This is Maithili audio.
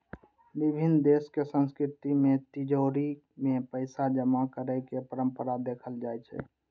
विभिन्न देशक संस्कृति मे तिजौरी मे पैसा जमा करै के परंपरा देखल जाइ छै